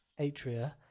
atria